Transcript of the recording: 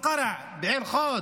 בכפר קרע, בעין הוד,